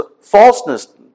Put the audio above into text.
falseness